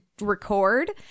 record